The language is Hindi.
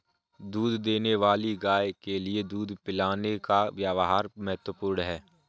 दूध देने वाली गाय के लिए दूध पिलाने का व्यव्हार महत्वपूर्ण है